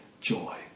joy